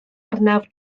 arnaf